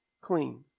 clean